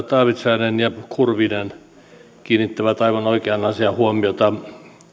taavitsainen ja kurvinen kiinnittävät aivan oikeaan asiaan huomiota